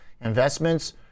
investments